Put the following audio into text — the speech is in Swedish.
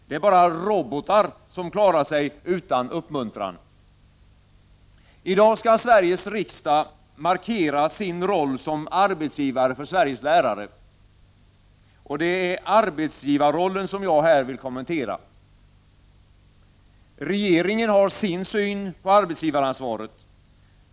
Det är bara robotar som klarar sig utan uppmuntran! I dag skall Sveriges riksdag markera sin roll som arbetsgivare för Sveriges lärare, och det är arbetsgivarrollen, som jag här vill kommentera. Regeringen har sin syn på arbetsgivaransvaret.